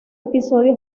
episodio